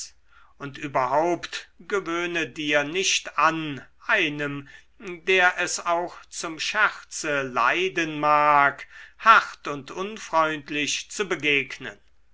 und überhaupt gewöhne dir nicht an einem der es auch zum scherze leiden mag hart und unfreundlich zu begegnen